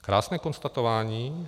Krásné konstatování.